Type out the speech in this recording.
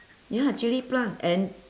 ya chilli plant and